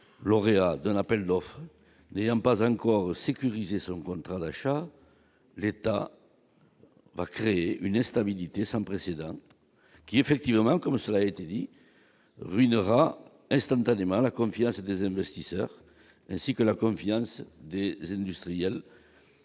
lauréats de l'appel d'offres d'ailleurs pas encore sécurisé son contrat d'achat, l'État va créer une instabilité sans précédent qui, effectivement, comme cela a été dit a instantanément la confiance des investisseurs ainsi que la comme dès industrielle